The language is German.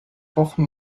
wochen